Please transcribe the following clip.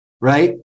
right